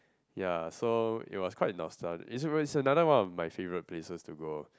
ya so it was quite nostalgic it was it's another one of my favourite places to go